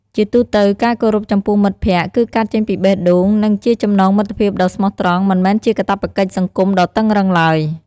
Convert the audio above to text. ជាទូទៅ ការគោរពចំពោះមិត្តភក្តិគឺកើតចេញពីបេះដូង និងជាចំណងមិត្តភាពដ៏ស្មោះត្រង់ មិនមែនជាកាតព្វកិច្ចសង្គមដ៏តឹងរ៉ឹងឡើយ។